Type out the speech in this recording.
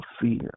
fear